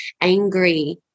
angry